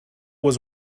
was